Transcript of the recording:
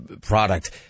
product